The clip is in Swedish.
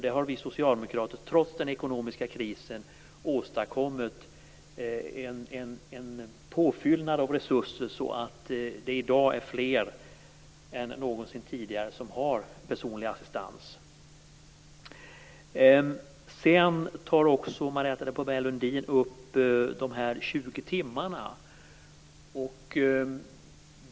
Men vi socialdemokrater har trots den ekonomiska krisen åstadkommit en påfyllning av resurser så att det i dag är fler än någonsin tidigare som har personlig assistans. Sedan tar Marietta de Pourbaix-Lundin också upp de 20 timmarna.